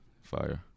Fire